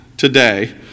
Today